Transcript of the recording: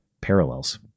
parallels